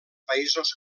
països